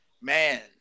man